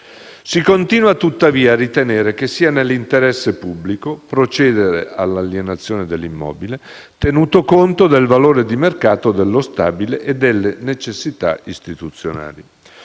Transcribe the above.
Si continua tuttavia a ritenere che sia nell'interesse pubblico procedere all'alienazione dell'immobile, tenuto conto del valore di mercato dello stabile e delle necessità istituzionali.